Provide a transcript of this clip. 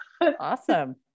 Awesome